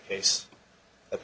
case at